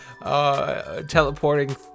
Teleporting